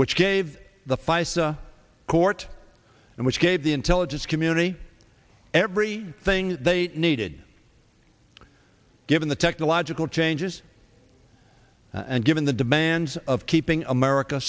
which gave the feis a court and which gave the intelligence community every thing they needed given the technological changes and given the demands of keeping america